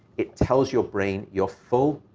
it tells your brain you're full.